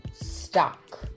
stuck